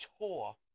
tour